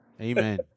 Amen